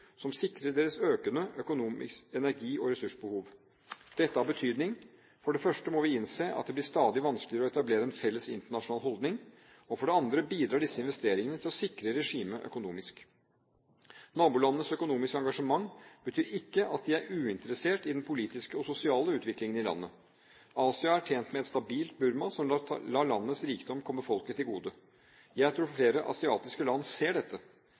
som sikrer deres økende energi- og ressursbehov. Dette har betydning: For det første må vi innse at det blir stadig vanskeligere å etablere en felles internasjonal holdning. For det andre bidrar disse investeringene til å sikre regimet økonomisk. Nabolandenes økonomiske engasjement betyr ikke at de er uinteressert i den politiske og sosiale utviklingen i landet. Asia er tjent med et stabilt Burma som lar landets rikdom komme folket til gode. Jeg tror flere asiatiske land ser dette.